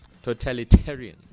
totalitarian